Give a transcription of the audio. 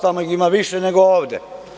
Tamo ih ima više nego ovde.